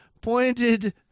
pointed